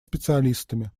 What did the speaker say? специалистами